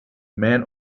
men